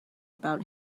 about